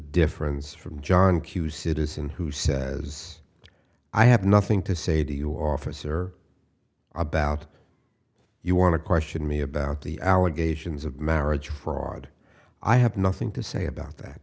difference from john q citizen who says i have nothing to say to you officer about you want to question me about the allegations of marriage fraud i have nothing to say about that